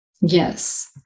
Yes